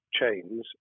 chains